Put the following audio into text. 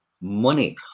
money